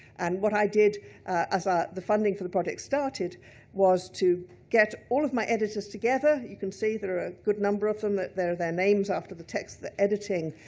and what i did as ah the funding for the project started was to get all of my editors together, you can see there're a good number of them, that there are their names after the text, the editing,